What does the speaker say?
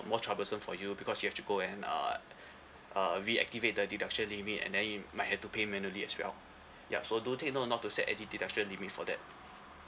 more troublesome for you because you have to go and uh uh reactivate the deduction limit and then you might have to pay manually as well yup so do take note not to set any deduction limit for that